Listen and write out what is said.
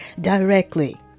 directly